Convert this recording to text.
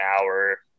hour